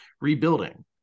rebuilding